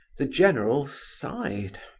the general sighed.